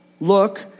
look